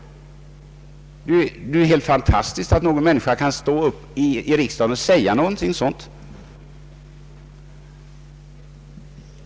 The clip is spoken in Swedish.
Det är helt fantastiskt att en l1edamot kan säga någonting sådant i riksdagen.